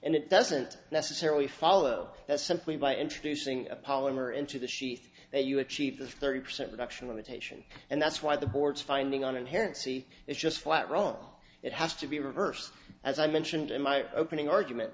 and it doesn't necessarily follow that simply by introducing a polymer into the sheet you achieve this thirty percent reduction imitation and that's why the board's finding on inherent c is just flat wrong it has to be reversed as i mentioned in my opening argument